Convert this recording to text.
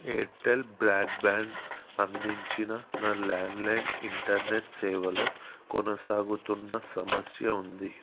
Airtel broadband అందించిన నా landline internet సేవలో కొనసాగుతున్న సమస్య ఉంది